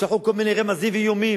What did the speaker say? שלחו כל מיני רמזים ואיומים.